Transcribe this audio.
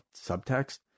subtext